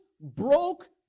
broke